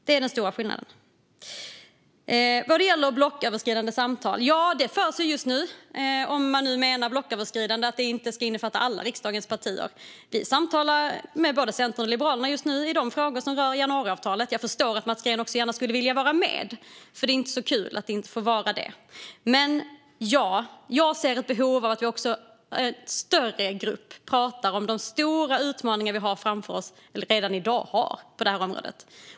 Det är den stora skillnaden. Vad gäller blocköverskridande samtal förs det sådana just nu, om man nu inte med blocköverskridande menar att samtalen ska innefatta alla riksdagens partier. Vi samtalar just nu med både Centern och Liberalerna i de frågor som rör januariavtalet. Jag förstår att Mats Green också gärna skulle vilja vara med, för det är inte så kul att inte få vara det. Jag ser ett behov av att också en större grupp talar om de stora utmaningar vi har framför oss - eller redan i dag har - på detta område.